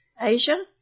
Asia